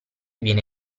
viene